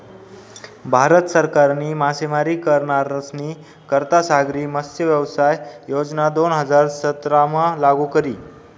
भारत सरकारनी मासेमारी करनारस्नी करता सागरी मत्स्यव्यवसाय योजना दोन हजार सतरामा लागू करी